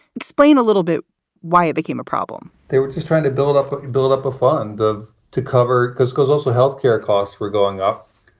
explain a little bit why it became a problem they were just trying to build up build up a fund of to cover. because. because also health care costs were going up.